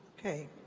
okay.